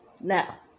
Now